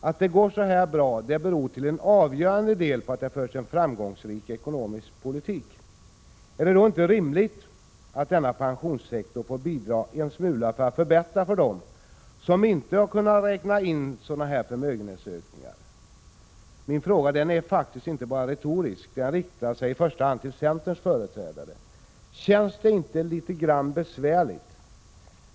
Att det går så här bra beror till avgörande del på att det förs en framgångsrik ekonomisk politik. Är det då inte rimligt att denna pensionssektor får bidra en smula för att förbättra för dem som inte har kunnat räkna in sådana här förmögenhetsökningar? Min fråga är faktiskt inte bara retorisk. Den riktar sig i första hand till centerns företrädare. Känns det inte lite grand besvärligt?